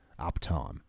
uptime